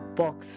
box